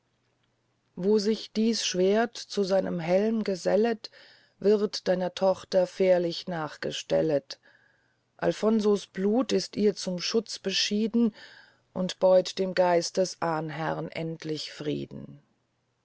wo sich dies schwerd zu seinem helm gesellet wird deiner tochter fährlich nachgestellet alfonso's blut ist ihr zum schutz beschieden und beut dem geist des ahnherrn endlich frieden